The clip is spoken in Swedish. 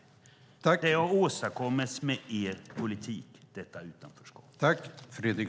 Detta utanförskap har åstadkommits med er politik.